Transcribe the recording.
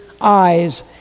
eyes